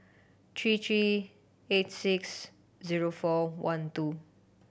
three three eight six zero four one two